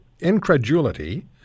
incredulity